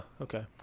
Okay